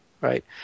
right